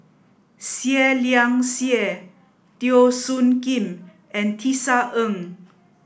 Seah Liang Seah Teo Soon Kim and Tisa Ng